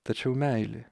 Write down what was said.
tačiau meilė